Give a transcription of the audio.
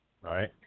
Right